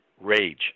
Rage